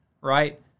right